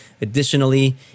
Additionally